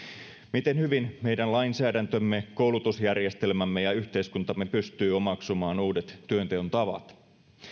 miten hyvin meidän lainsäädäntömme koulutusjärjestelmämme ja yhteiskuntamme pystyy omaksumaan uudet työnteon tavat